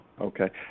Okay